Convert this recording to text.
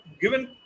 given